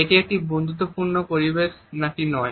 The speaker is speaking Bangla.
এটি একটি বন্ধুত্বপূর্ণ পরিবেশ নাকি নয়